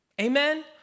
Amen